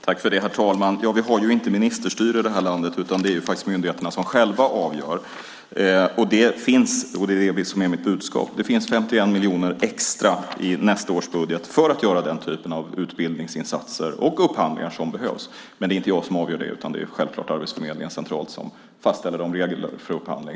Herr talman! Vi har inte ministerstyre i det här landet, utan det är faktiskt myndigheterna som själva avgör. Det finns 51 miljoner extra i nästa års budget för att göra den typen av utbildningsinsatser och upphandlingar som behövs. Det är det som är mitt budskap. Men det är inte jag som avgör det, utan det är självklart Arbetsförmedlingen centralt som avgör och fastställer reglerna för upphandling.